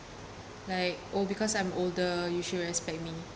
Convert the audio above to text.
like oh because I'm older you should respect me